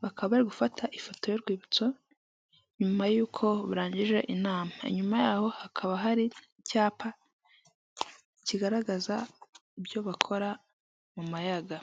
bwoko bwa cadasiteri isakajwe amabati ya shokora ndetse inzugi zayo zisa umukara ikaba iteye irangi ry'icyatsi, imbere y'iyo nzu hubatswe amapave.